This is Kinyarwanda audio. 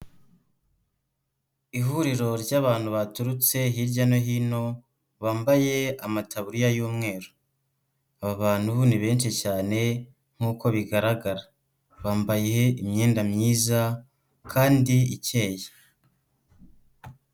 Ihuriro ry'abantu baturutse hirya no hino, bambaye amataburiya y'umweru, aba bantu ni benshi cyane nkuko bigaragara, bambaye imyenda myiza kandi ikeye.